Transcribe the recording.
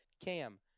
Cam